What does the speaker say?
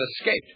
escaped